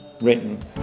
written